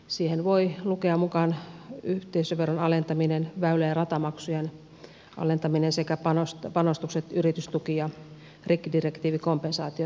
siihen voi lukea mukaan yhteisöveron alentamisen väylä ja ratamaksujen alentamisen sekä panostukset yritystuki ja rikkidirektiivikompensaatioon ylipäätänsä